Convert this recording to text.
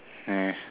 meh